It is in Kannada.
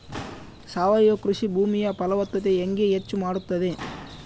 ಸಾವಯವ ಕೃಷಿ ಭೂಮಿಯ ಫಲವತ್ತತೆ ಹೆಂಗೆ ಹೆಚ್ಚು ಮಾಡುತ್ತದೆ?